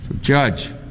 judge